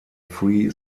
free